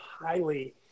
highly